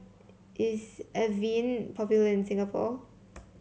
is Avene popular in Singapore